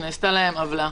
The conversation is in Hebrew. שנעשתה להם עוולה.